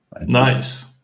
Nice